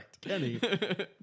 Kenny